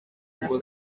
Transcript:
ngo